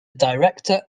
director